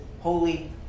holy